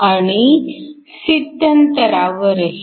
आणि स्थित्यंतरावरही